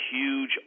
huge